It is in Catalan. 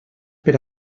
per